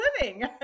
living